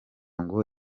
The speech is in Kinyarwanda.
ngo